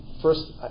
First